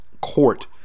court